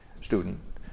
student